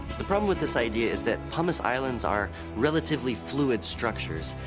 the problem with this idea is that pumice islands are relatively fluid structures.